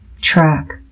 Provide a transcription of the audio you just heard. track